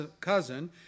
cousin